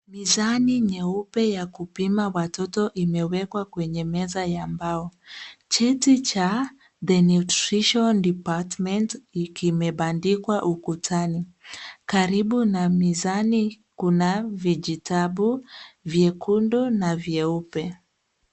Mizani nyeupe ya kupima watoto imewekwa kwenye meza ya mbao. Cheti cha The Nutrition department imebandikwa ukutani. Karibu na mizani kuna vijitabu vyekundu na vyeupe.